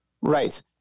right